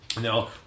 No